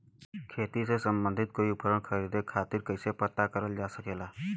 खेती से सम्बन्धित कोई उपकरण खरीदे खातीर कइसे पता करल जा सकेला?